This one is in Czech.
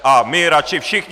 A my radši všichni...